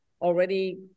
already